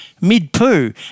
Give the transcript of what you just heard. mid-poo